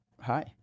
Hi